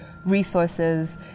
resources